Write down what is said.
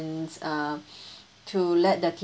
uh to let the